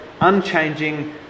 unchanging